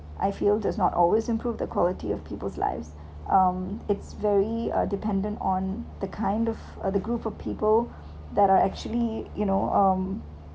I feel does not always improve the quality of people's lives um it's very dependent uh on the kind of the group of people that are actually you know um